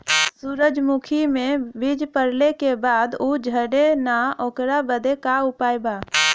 सुरजमुखी मे बीज पड़ले के बाद ऊ झंडेन ओकरा बदे का उपाय बा?